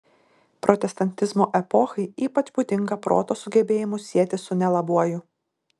protestantizmo epochai ypač būdinga proto sugebėjimus sieti su nelabuoju